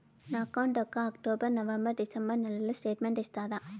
నా అకౌంట్ యొక్క October, November, December నెలల స్టేట్మెంట్ ఇస్తారా?